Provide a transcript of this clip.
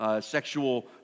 sexual